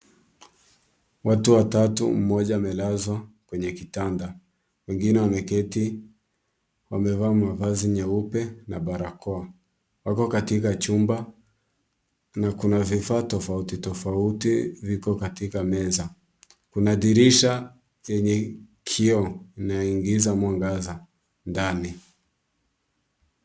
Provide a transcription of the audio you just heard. Watu watatu mmoja amelazwa kwenye kitanda. Wengine wameketi wamevaa mavizi nyeupe na barakoa. Wako katika chumba na kuna vifaa tofauti tofauti viko katika meza. Kuna dirisha yenye kioo inayoingia mwangaza ndani.